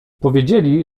powiedzieli